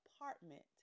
apartment